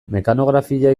mekanografia